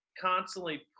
constantly